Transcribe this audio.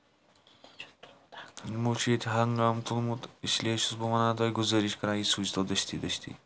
یِمو چھُ ییتہِ ہَنگامہٕ تُلمُت اس لیے چھُس بہٕ وَنان تۄہہِ گُزٲزرِش کران یہِ سوٗزتو دٔستی دٔستی